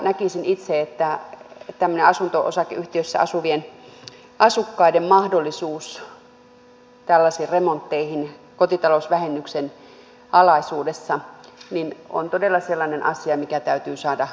näkisin itse että tämmöinen asunto osakeyhtiössä asuvien asukkaiden mahdollisuus tällaisiin remontteihin kotitalousvähennyksen alaisuudessa on todella sellainen asia mikä täytyy saada nopeasti käytäntöön